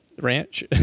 ranch